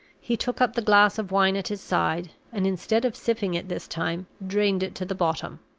he took up the glass of wine at his side, and, instead of sipping it this time, drained it to the bottom.